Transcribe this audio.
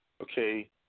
okay